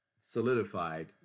solidified